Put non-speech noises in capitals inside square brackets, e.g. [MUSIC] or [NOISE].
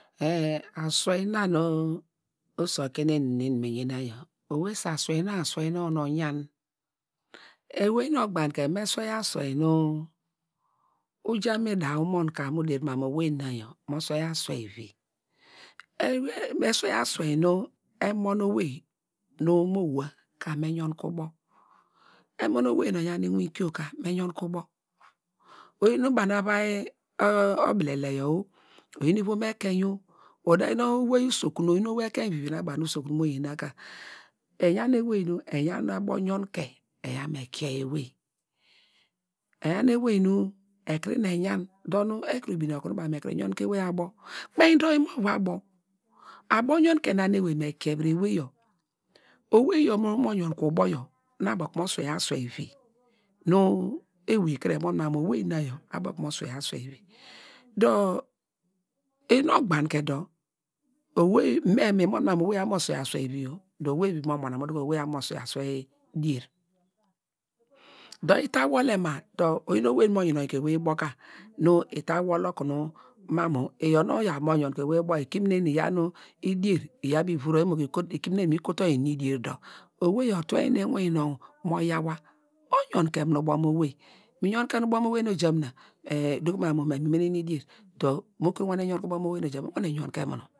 [HESITATION] aswei na nu oso okien nu eni na nu eni me yena yor, owei su aswei non aswei non nu oyan ewey nu ogbagne me swe aswei me uja mu ida umon ka mu deri mamu owei na mo swei aswei vi ewey me sweiya aswei nu emon owei nu mo wua ka me yon ke ubo emon owei nu oyan inwinkio ka me yonke ubo oyi nu banu avai obilele yor woo, oyin ivom ekein o uda yi nu owei usokun o, oyon owei eken vivio nu abo banu usokun yor mo yena ka eyan ewey nu eyaw nu abo yenke eyaw me kie ewey eyan ewey nu ekiri nu eyan dor nu ekuru bine oku nu baw me kuru yon ke ewey abo kpein yi do imovu abo, abo yonke na nu ewey me kieviri ewey yor owei yor nu mo yonkuwo ubo yor nu abo kumu swei asweivi nu ewey kire emon mamu owei na yor abo kumu mo swei asweivi dor, inu ogbangne dor me mi mon mamu owei abo kumu mo swei asweivi dor oweivivi mo mona mo duko mamu oweiyo abokunu mo swei asweidier` dor ita wole ma dor oyin owei nu mo youke ewey ubo ka nu ita wole okunu mamu iyor nu oyi abo kunu mo yonke ewey ubo yor ikiminen iyaw nu idier iyaw mi vura wor umoo tubo ikiminen me kotu oyi ini dier dor oweiyo otwenu inwin nonw mo yawaw oyon munu ke mu ubo mu owei, mi yonke nu ubo mu owei nu ojamina eduko mamu memi mene nu idier` dor mu kiri wane mu yonke ewey ubo nu ejamina, uwane yonke munu.